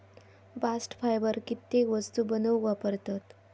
bast fibre कित्येक वस्तू बनवूक वापरतत